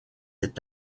est